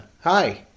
Hi